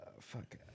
Fuck